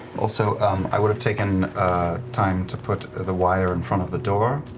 so i would have taken time to put the wire in front of the door